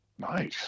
Nice